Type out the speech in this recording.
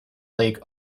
lake